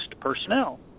personnel